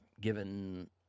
given